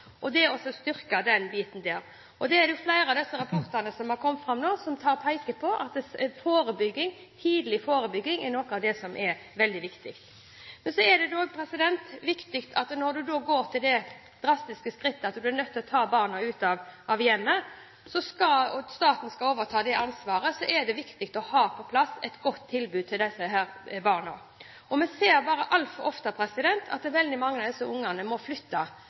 og styrke samspillet mellom foreldre og barn. Det er flere av rapportene som har kommet nå, som peker på at tidlig forebygging er noe som er veldig viktig. Når du går til det drastiske skrittet at du er nødt til å ta barn ut av hjemmet og staten skal overta det ansvaret, er det viktig å ha på plass et godt tilbud til disse barna. Vi ser bare altfor ofte at veldig mange av disse ungene må flytte.